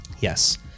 Yes